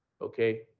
Okay